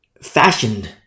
fashioned